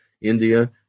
India